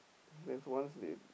there's once that